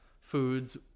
foods